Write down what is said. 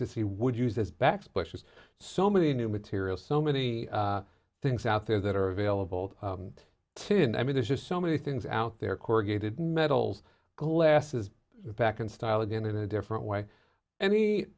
to see would use as backsplashes so many new materials so many things out there that are available today and i mean there's just so many things out there corrugated metal glass is back in style again in a different way an